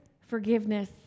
forgiveness